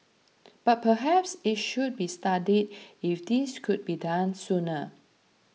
but perhaps it should be studied if this could be done sooner